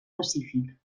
pacífic